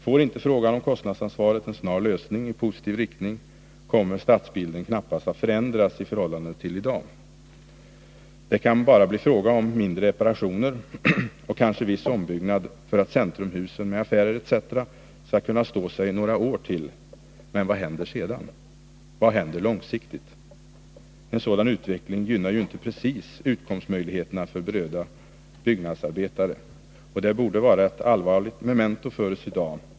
Får inte frågan om kostnadsansvaret en snar lösning i positiv riktning, kommer stadsbilden knappast att förändras i förhållande till vad den är i dag. Det kan bara bli fråga om mindre reparationer och kanske viss ombyggnad för att centrumhusen med affärer etc. skall kunna stå sig några år till. Men vad händer sedan? Vad händer långsiktigt? En sådan utveckling gynnar inte precis utkomstmöjligheterna för berörda byggnadsarbetare, och det borde vara ett allvarligt memento för oss i dag.